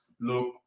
look